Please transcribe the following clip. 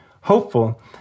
hopeful